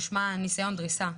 משמע ניסיון דריסה.